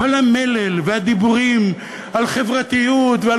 כל המלל והדיבורים על חברתיות ועל